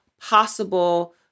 possible